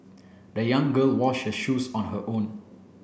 the young girl washed her shoes on her own